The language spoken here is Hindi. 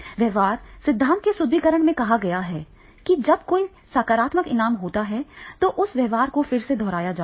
व्यवहार सिद्धांत के सुदृढीकरण में कहा गया है कि जब भी कोई सकारात्मक इनाम होता है तो उस व्यवहार को फिर से दोहराया जाता है